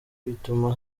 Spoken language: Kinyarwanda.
bituma